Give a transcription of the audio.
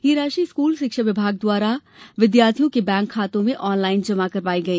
यह राशि स्कूल शिक्षा विभाग द्वारा विद्यार्थियों के बैंक खातों में ऑनलाइन जमा करवाई गई